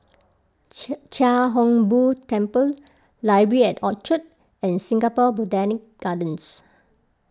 Chia Hung Boo Temple Library at Orchard and Singapore Botanic Gardens